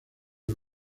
del